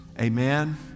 amen